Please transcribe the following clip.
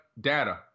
data